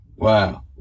Wow